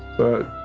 but